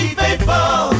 faithful